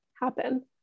happen